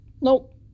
Nope